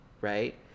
right